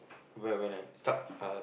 wh~ when I start uh